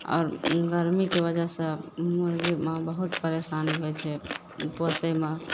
आओर गर्मीके वजहसँ मुर्गीमे बहुत परेशानी होइ छै पोसयमे